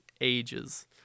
ages